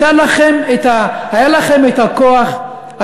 היה לכם הכוח,